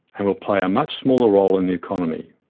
and will play a much smaller role in the economy.